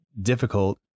difficult